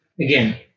again